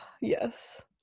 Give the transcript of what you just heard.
Yes